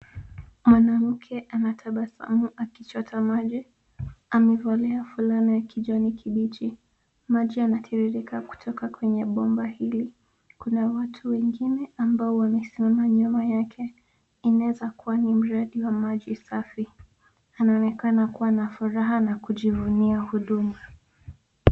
Mwanamke anatabasamu akichota maji. Amevalia fulana ya kijani kibichi. Maji yanatiririka kutoka kwenye bomba hili. Kuna watu wengine ambao wamesimama nyuma yake. Inaweza kuwa ni mradi wa maji safi. Anaonekana kuwa na furaha na kujivunia huduma.